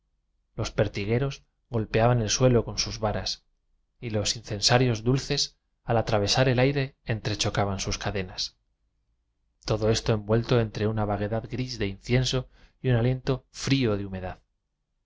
los pertigueros golpeaban el suelo con sus varas y los incensarios dulces al atravesar el aire entrechocaban sus cadenas todo esto envuelto entre una vaguedad gris de incienso y un aliento frío de humedad